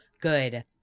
good